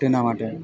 તેના માટે